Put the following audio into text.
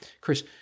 Chris